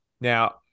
Now